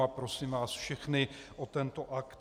A prosím vás všechny o tento akt.